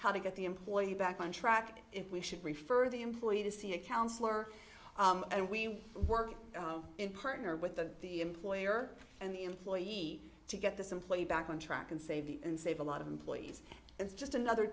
how to get the employee back on track if we should refer the employee to see a counsellor and we work in partner with the employer and the employee to get this employee back on track and save and save a lot of employees and it's just another